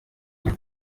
mbi